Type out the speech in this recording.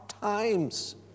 times